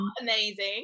Amazing